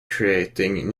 creating